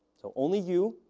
so, only you,